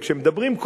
כשמדברים,